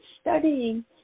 studying